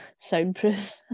soundproof